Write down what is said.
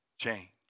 change